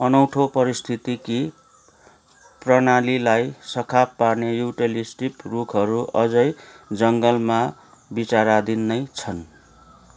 अनौठो पारिस्थितिकी प्रणालीलाई सखाप पार्ने युकलिप्टस रुखहरू अझै जङ्गलमा बिचाराधीन नै छन्